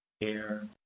air